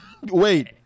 wait